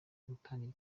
gutangira